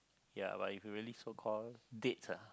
ya but you could really so call dates uh